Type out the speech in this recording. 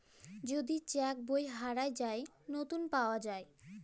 যদি চ্যাক বই হারাঁয় যায়, লতুল পাউয়া যায়